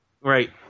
Right